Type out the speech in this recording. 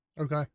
Okay